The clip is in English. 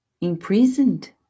imprisoned